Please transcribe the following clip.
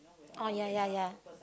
oh ya ya ya